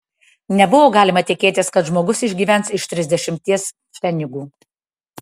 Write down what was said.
nebuvo galima tikėtis kad žmogus išgyvens iš trisdešimties pfenigų